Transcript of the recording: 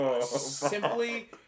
Simply